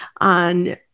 on